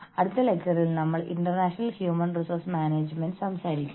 അടുത്ത പ്രഭാഷണത്തിൽ ഇവ മൂന്നും നമ്മൾ കൈകാര്യം ചെയ്യും